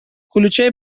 کلوچه